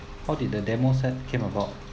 how did the demo set came about